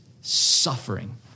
suffering